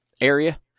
area